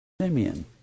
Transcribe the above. Simeon